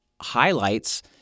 highlights